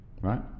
Right